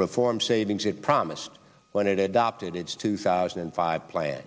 reform savings it promised when it adopted its two thousand and five plan